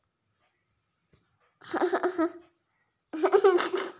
सूर्यफूल हाई भारत मधला लोकेसले आवडणार आन एक महत्वान तेलबिज पिक से